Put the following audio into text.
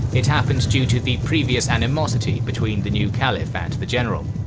it happened due to the previous animosity between the new caliph and the general.